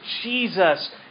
Jesus